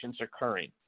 occurring